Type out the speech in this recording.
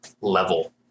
level